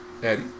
Eddie